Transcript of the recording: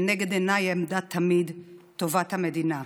לנגד עיניי עמדה תמיד טובת המדינה.